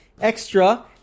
extra